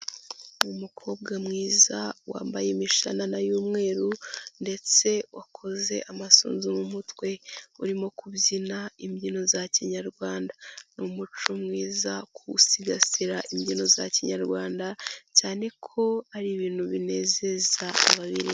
Umukobwa mwiza wambaye imishanana y'umweru ndetse wakoze amasunzu mu mutwe. Urimo kubyina imbyino za kinyarwanda. Ni umuco mwiza kuwusigasira imbyino za kinyarwanda cyane ko ari ibintu binezeza ababirimo.